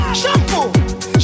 shampoo